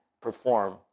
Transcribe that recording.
perform